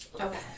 Okay